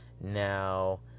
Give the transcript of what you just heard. Now